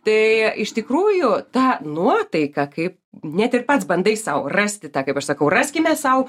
tai iš tikrųjų tą nuotaiką kaip net ir pats bandai sau rasti tą kaip aš sakau raskime sau